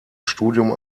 studium